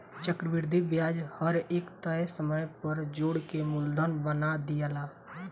चक्रविधि ब्याज हर एक तय समय पर जोड़ के मूलधन बना दियाला